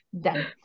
Done